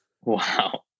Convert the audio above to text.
Wow